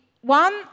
one